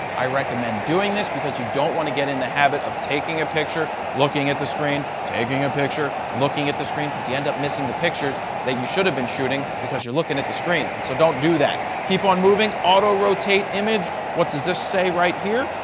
i recommend doing this because you don't want to get in the habit of taking a picture, looking at the screen, taking a picture, looking at the screen, because you end up missing the pictures that you should have been shooting because you're looking at the screen. so, don't do that. keep on moving. auto-rotate image, what does this say right here?